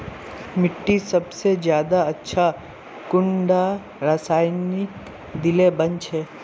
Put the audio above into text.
मिट्टी सबसे ज्यादा अच्छा कुंडा रासायनिक दिले बन छै?